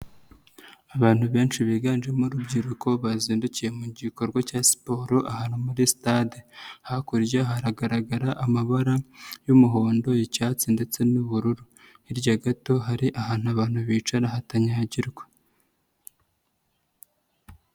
Abantu benshi biganjemo urubyiruko bazindukiye mu gikorwa cya siporo, ahantu muri sitade. Hakurya haragaragara amabara y'umuhondo, icyatsi ndetse n'ubururu. Hirya gato hari ahantu abantu bicara hatanyagirwa.